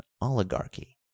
oligarchy